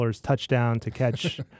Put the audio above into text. touchdown-to-catch